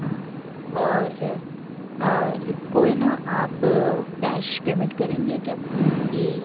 हाँ और इसको है न आप कैश पेमेंट करेंगे क्या कि